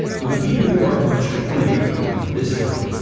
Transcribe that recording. with a people who are much freer, on this front,